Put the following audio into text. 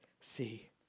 see